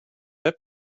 web